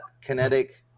kinetic